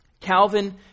Calvin